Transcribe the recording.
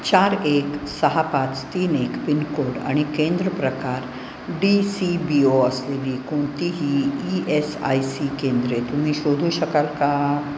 चार एक सहा पाच तीन एक पिनकोड आणि केंद्र प्रकार डी सी बी ओ असलेली कोणतीही ई एस आय सी केंद्रे तुम्ही शोधू शकाल का